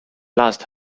last